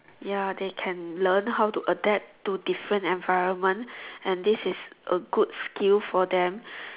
ya they can learn how to adapt to different environment and this is a good skill for them